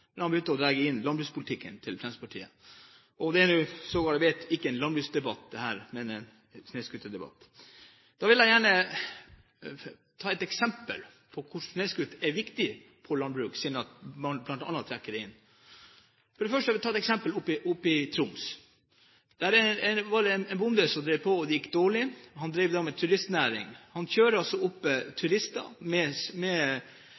han begynte å trekke inn landbrukspolitikken til Fremskrittspartiet. Og dette er, som vi vet, ikke en landsbruksdebatt, men en snøscooterdebatt. Jeg vil gjerne komme med et eksempel på hvorfor snøscooter er viktig for landbruket, siden man bl.a. trekker det inn. Jeg vil ta et eksempel fra Troms. Der var det en bonde som drev med turistnæring, og det gikk dårlig. Han kjører turister opp med traktor om sommeren, på en traktorvei som han